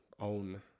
own